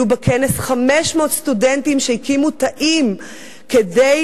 היו בכנס 500 סטודנטים שהקימו תאים כדי